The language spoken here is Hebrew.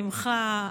שמחה,